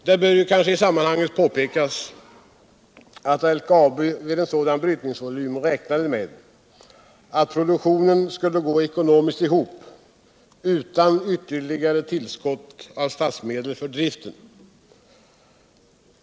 Det bör i sammanhanget påpekas att LKAB för en sådan brytningsvolym räknade med att produktionen skulle gå ekonomiskt ihop utan ytterligare ullskott av statsmedel för driften.